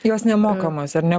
jos nemokamas ar ne